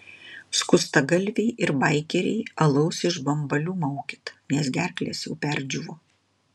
skustagalviai ir baikeriai alaus iš bambalių maukit nes gerklės jau perdžiūvo